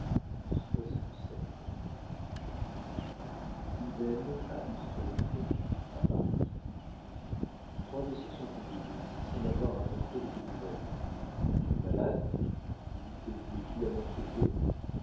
lxvii ibben à usbek à paris t rois vaisseaux sont arrivés ici sans m'avoir apporté de tes nouvelles es-tu malade ou te plais tu à m'inquiéter